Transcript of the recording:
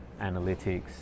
analytics